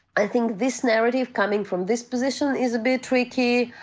i think this narrative coming from this position is a bit tricky.